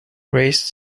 raised